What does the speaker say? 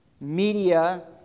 media